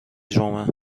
جمعه